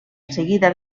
seguida